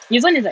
izuan is like